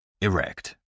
Erect